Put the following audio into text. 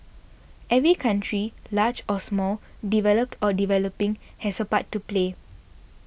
every country large or small developed or developing has a part to play